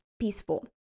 peaceful